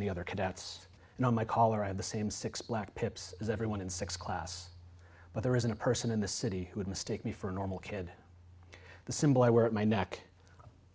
the other cadets know my color i have the same six black pips as everyone in six class but there isn't a person in this city who would mistake me for a normal kid the symbol i wear my neck